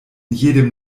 jedem